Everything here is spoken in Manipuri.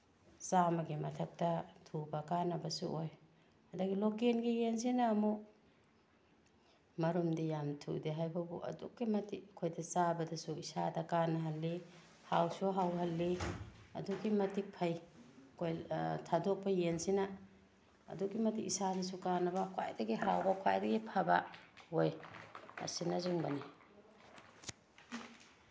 ꯆꯥꯝꯃꯒꯤ ꯃꯊꯛꯇ ꯊꯨꯕ ꯀꯥꯅꯕꯁꯨ ꯑꯣꯏ ꯑꯗꯒꯤ ꯂꯣꯀꯦꯟꯒꯤ ꯌꯦꯟꯁꯤꯅ ꯑꯃꯨꯛ ꯃꯔꯨꯝꯗꯤ ꯌꯥꯝ ꯊꯨꯗꯦ ꯍꯥꯏꯕꯕꯨ ꯑꯗꯨꯛꯀꯤ ꯃꯇꯤꯛ ꯑꯩꯈꯣꯏꯗ ꯆꯥꯕꯗꯁꯨ ꯏꯁꯥꯗ ꯀꯥꯅꯍꯜꯂꯤ ꯍꯥꯎꯁꯨ ꯍꯥꯎꯍꯜꯂꯤ ꯑꯗꯨꯛꯀꯤ ꯃꯇꯤꯛ ꯐꯩ ꯊꯥꯗꯣꯛꯄ ꯌꯦꯟꯁꯤꯅ ꯑꯗꯨꯛꯀꯤ ꯃꯇꯤꯛ ꯏꯁꯥꯗꯁꯨ ꯀꯥꯅꯕ ꯈ꯭ꯋꯥꯏꯗꯒꯤ ꯍꯥꯎꯕ ꯈ꯭ꯋꯥꯏꯗꯒꯤ ꯐꯕ ꯑꯣꯏ ꯑꯁꯤꯅꯆꯤꯡꯕꯅꯤ